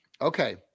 Okay